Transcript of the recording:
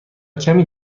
کمی